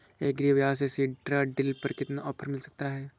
Agree बाजार से seed drill पर कितना ऑफर मिल सकता है?